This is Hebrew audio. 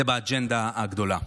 באג'נדה הגדולה.